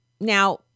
Now